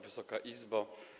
Wysoka Izbo!